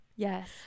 Yes